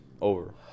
Over